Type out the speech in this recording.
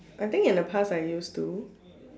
I think in the past I used to